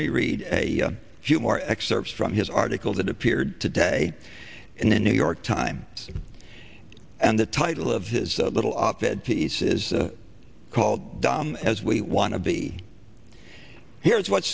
read a few more excerpts from his article that appeared today in the new york times and the title of his little op ed piece is called dumb as we want to be here's what's